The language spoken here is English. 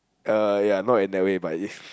uh ya not in that way but